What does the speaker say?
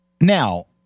now